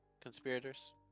conspirators